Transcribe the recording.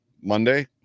Monday